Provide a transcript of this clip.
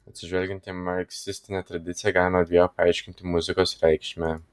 atsižvelgiant į marksistinę tradiciją galima dvejopai aiškinti muzikos reikšmę